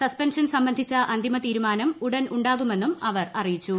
suspension സംബന്ധിച്ചു അന്തിമ തീരുമാനം ഉടൻ ഉണ്ടാകുമെന്നും അവർ അറിയിച്ചു